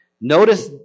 Notice